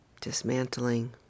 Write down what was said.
dismantling